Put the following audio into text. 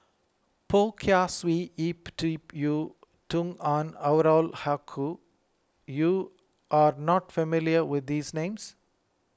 Poh Kay Swee Ip Yiu Tung and Haque you are not familiar with these names